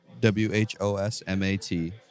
W-H-O-S-M-A-T